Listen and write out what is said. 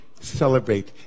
celebrate